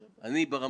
שהוא חבר טוב,